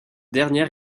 dernière